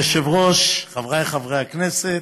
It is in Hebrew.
אדוני היושב-ראש, חבריי חברי הכנסת,